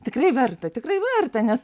tikrai verta tikrai verta nes